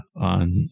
on